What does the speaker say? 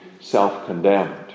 self-condemned